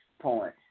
point